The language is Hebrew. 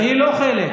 היא לא חלק.